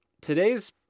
today's